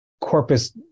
corpus